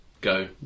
go